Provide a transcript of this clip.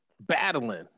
battling